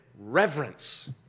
reverence